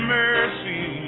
mercy